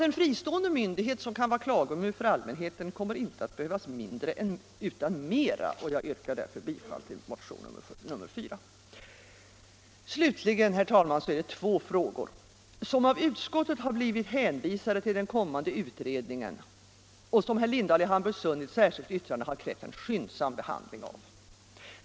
En fristående myndighet som kan vara klagomur för allmänheten kommer därför att behövas, inte mindre, utan mera. Jag yrkar därför bifall till reservationen 4. Slutligen, herr talman, är det två frågor som av utskottet har blivit hänvisade till den kommande utredningen och som herr Lindahl i Hamburgsund i ett särskilt yttrande har krävt en skyndsam behandling av.